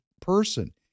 person